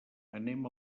anem